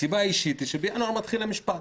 הסיבה האישית שבינואר מתחיל המשפט.